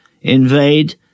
invade